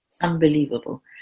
unbelievable